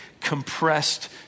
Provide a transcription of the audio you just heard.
compressed